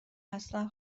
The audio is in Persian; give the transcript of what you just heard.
اصلا